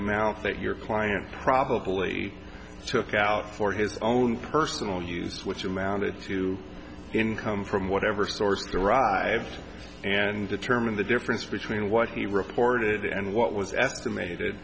amount that your client probably took out for his own personal use which amounted to income from whatever source derived and determine the difference between what he reported and what was estimated